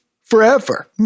forever